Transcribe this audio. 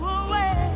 away